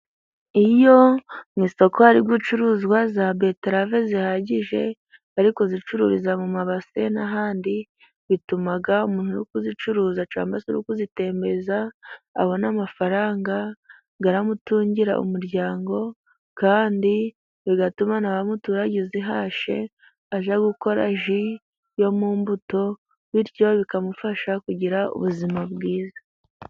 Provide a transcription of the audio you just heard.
Iyo mu isoko hari gucuruzwa za beterave zihagije bari kuzicururiza mu mabase n'ahandi bituma umuntu uri kuzicuruza cyangwa uri kuzitembeza abona amafaranga aramutungira umuryango kandi bigatuma na wa muturage uzihashye ajya gukora ji yo mu mbuto bityo bikamufasha kugira ubuzima bwiza.